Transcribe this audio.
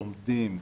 לומדים,